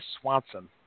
Swanson